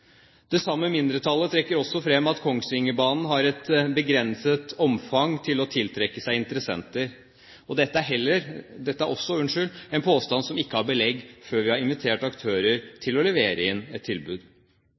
Det samme mindretallet trekker også frem at Kongsvingerbanen har et begrenset omfang til å tiltrekke seg interessenter. Dette er også en påstand som ikke har belegg før vi har invitert aktører til å levere inn et tilbud.